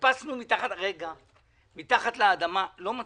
חיפשנו מתחת לאדמה ולא מצאנו.